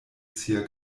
sia